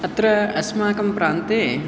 अत्र अस्माकं प्रान्ते